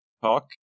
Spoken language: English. talk